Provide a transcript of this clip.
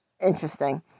Interesting